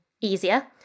easier